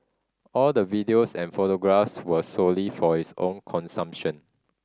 all the videos and photographs were solely for his own consumption